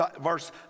verse